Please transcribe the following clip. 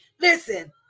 listen